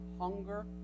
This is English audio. hunger